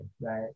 right